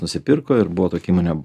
nusipirko ir buvo tokia įmonė